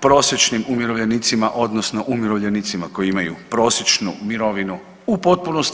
prosječnim umirovljenicima odnosno umirovljenicima koji imaju prosječnu mirovinu u potpunosti.